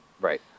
Right